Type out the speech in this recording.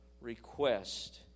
request